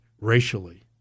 racially